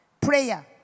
prayer